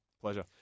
Pleasure